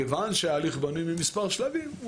כיוון שההליך בנוי ממספר שלבים,